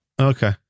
Okay